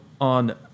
on